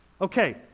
okay